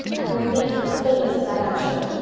and will make you famous, of that i'm sure.